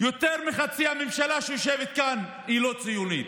יותר מחצי המשלה שיושבת כאן היא לא ציונית.